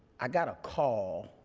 i got a call,